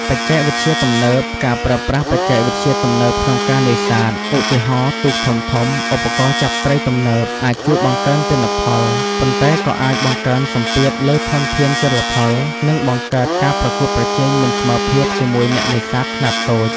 បច្ចេកវិទ្យាទំនើប ការប្រើប្រាស់បច្ចេកវិទ្យាទំនើបក្នុងការនេសាទ ឧទាហរណ៍ ទូកធំៗ ឧបករណ៍ចាប់ត្រីទំនើប អាចជួយបង្កើនទិន្នផល ប៉ុន្តែក៏អាចបង្កើនសម្ពាធលើធនធានជលផល និងបង្កើតការប្រកួតប្រជែងមិនស្មើភាពជាមួយអ្នកនេសាទខ្នាតតូច។